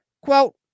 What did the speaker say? Quote